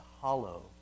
hollow